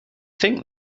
think